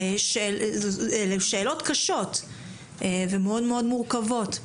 אלה שאלות קשות ומורכבות מאוד.